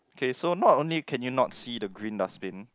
okay so not only you can you not see the green dustbin